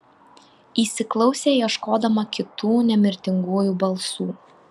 įsiklausė ieškodama kitų nemirtingųjų balsų